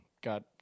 got